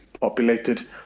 populated